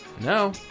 No